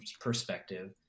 perspective